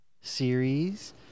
series